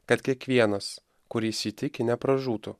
kad kiekvienas kuris jį tiki nepražūtų